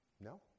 No